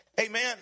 Amen